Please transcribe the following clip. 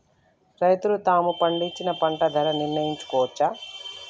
రైతులు తాము పండించిన పంట ధర నిర్ణయించుకోవచ్చా?